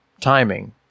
timing